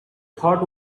thought